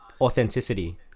authenticity